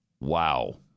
Wow